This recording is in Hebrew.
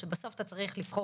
שבסוף אתה צריך לבחור,